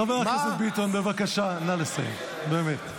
חבר הכנסת ביטון, בבקשה, נא לסיים, באמת.